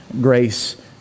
Grace